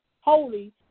holy